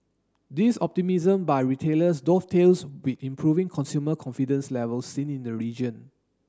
this optimism by retailers dovetails with improving consumer confidence levels seen in the region